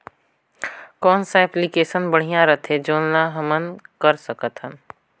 कौन सा एप्लिकेशन बढ़िया रथे जोन ल हमन कर सकथन?